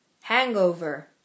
hangover